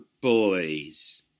boys